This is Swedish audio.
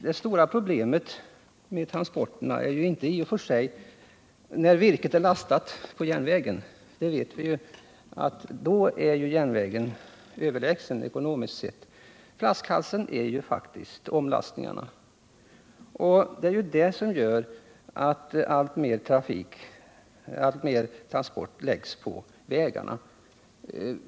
Det stora problemet med transporterna uppträder inte när virket är lastat på järnvägen — då vet vi ju att järnvägen är överlägsen ekonomiskt sett. Flaskhalsen är faktiskt omlastningarna. Det är därför alltmer transport läggs på vägarna.